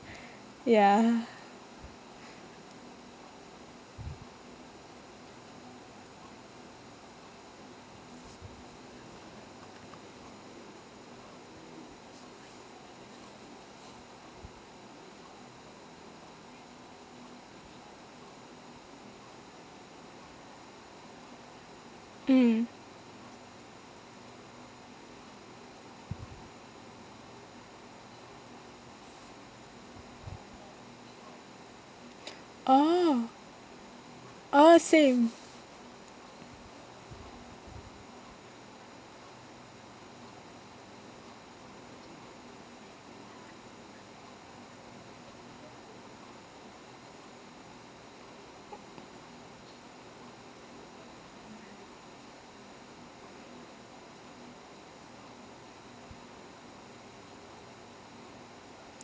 ya mm orh orh same